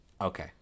Okay